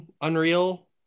unreal